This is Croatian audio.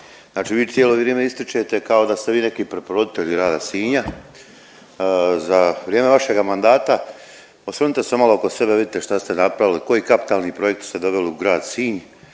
znači vi cijelo vrijeme ističete kao da ste vi neki preporoditelj grada Sinja. Za vrijeme vašega mandata, osvrnite se malo oko sebe da vidite šta ste napravili, koji kapitalni projekt ste doveli u grad Sinj.